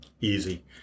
easy